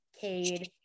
Cade